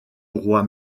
roi